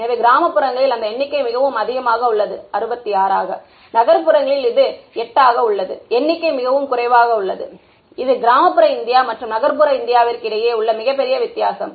எனவே கிராமப்புறங்களில் அந்த எண்ணிக்கை மிகவும் அதிகமாக உள்ளது 66 நகர்ப்புறங்களில் இது 8 எண்ணிக்கை மிகவும் குறைவாக உள்ளது இது கிராமப்புற இந்தியா மற்றும் நகர்ப்புற இந்தியாவிற்கு இடையே உள்ள மிகப்பெரிய வித்தியாசம்